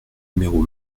numéro